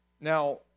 Now